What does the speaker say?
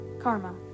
karma